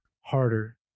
Harder